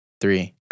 three